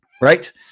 right